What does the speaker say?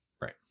Right